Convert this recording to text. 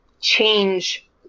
change